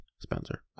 Spencer